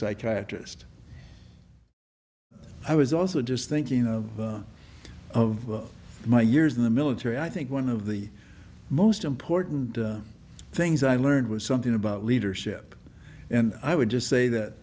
psychiatrist i was also just thinking of my years in the military i think one of the most important things i learned was something about leadership and i would just say that